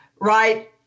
right